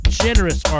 generous